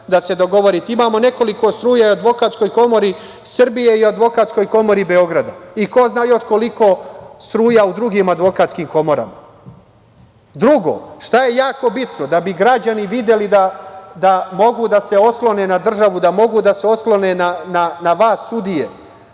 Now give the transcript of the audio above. da se dogovorite. Imamo nekoliko struja u Advokatskoj komori Srbije i Advokatskoj komori Beograda i ko zna još koliko struja u drugim advokatskim komorama. Drugo, šta je jako bitno da bi građani videli da mogu da se oslone na državu, da mogu da se oslone na vas sudije?